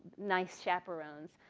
nice chaperons.